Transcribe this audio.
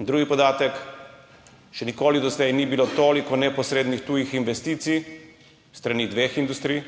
In drugi podatek, še nikoli doslej ni bilo toliko neposrednih tujih investicij s strani dveh industrij,